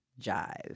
Jive